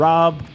Rob